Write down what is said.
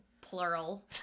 plural